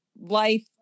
life